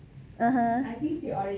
(uh huh)